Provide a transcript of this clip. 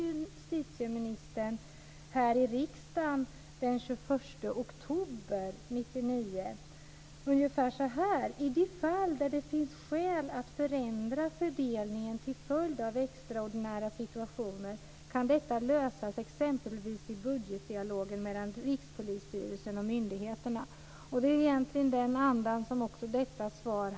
Justitieministern svarade då här i riksdagen den 21 oktober 1999: I de fall där det finns skäl att förändra fördelningen till följd av extraordinära situationer kan detta lösas exempelvis i budgetdialogen mellan Rikspolisstyrelsen och myndigheterna. Det är också denna anda som finns i detta svar.